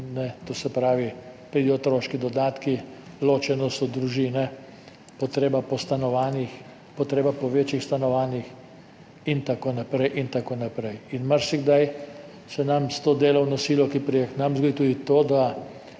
to se pravi, pridejo otroški dodatki, družine so ločene, potreba po večjih stanovanjih in tako naprej. In marsikdaj se nam s to delovno silo, ki pride k nam, zgodi tudi to, da